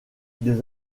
des